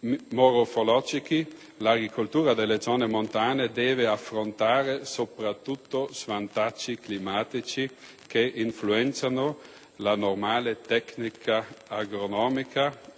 geomorfologici, l'agricoltura delle zone montane deve affrontare soprattutto svantaggi climatici che influenzano la normale tecnica agronomica